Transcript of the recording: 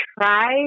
try